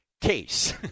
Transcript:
case